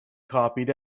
copied